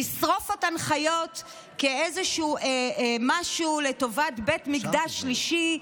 לשרוף אותן חיות כאיזשהו משהו לטובת בית המקדש השלישי,